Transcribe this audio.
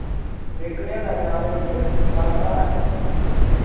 ते कन्येला ग्रां दे बिच साढ़ा घर ऐ